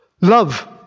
Love